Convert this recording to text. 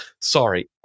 Sorry